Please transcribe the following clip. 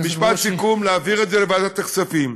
משפט סיכום: להעביר את זה לוועדת הכספים,